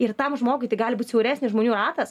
ir tam žmogui gali būt siauresnis žmonių ratas